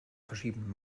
verschieben